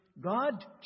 God